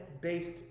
based